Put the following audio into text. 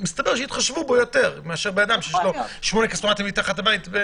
מסתבר שיתחשבו בו יותר מאשר בבן אדם שיש לו שמונה כספומטים מתחת לבית.